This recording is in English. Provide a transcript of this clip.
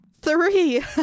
three